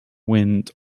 wind